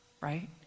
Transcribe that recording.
right